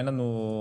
אין לנו.